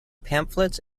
pamphlets